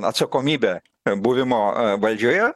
atsakomybę buvimo valdžioje